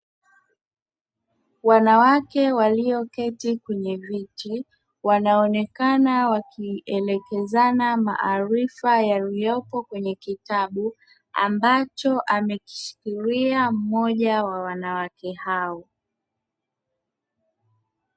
Wanawake walioketi kwenye viti wanaonekana wakielekezana maarifa yaliyopo kwenye kitabu ambacho amekishikilia mmoja wa wanawake hao.